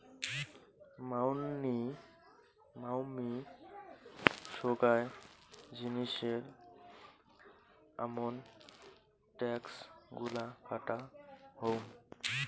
মাঙনি সোগায় জিনিসের আমন ট্যাক্স গুলা কাটা হউ